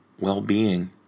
well-being